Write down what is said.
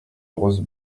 brosse